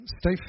stay